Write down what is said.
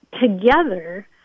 together